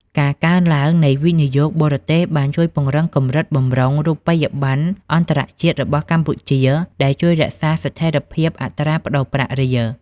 ការកើនឡើងនៃវិនិយោគបរទេសបានជួយពង្រឹងកម្រិតបម្រុងរូបិយប័ណ្ណអន្តរជាតិរបស់កម្ពុជា ដែលជួយរក្សាស្ថិរភាពអត្រាប្តូរប្រាក់រៀល។